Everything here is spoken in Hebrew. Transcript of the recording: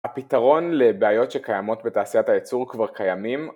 הפתרון לבעיות שקיימות בתעשיית הייצור כבר קיימים